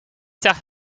zegt